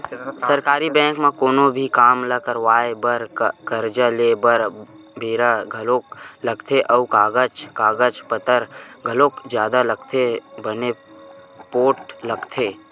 सरकारी बेंक म कोनो भी काम ल करवाय बर, करजा लेय बर बेरा घलोक लगथे अउ कागज पतर घलोक जादा लगथे बने पोठ लगथे